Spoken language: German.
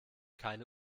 keine